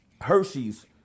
Hershey's